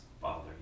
Father